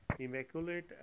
immaculate